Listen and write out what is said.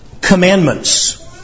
commandments